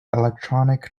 electronic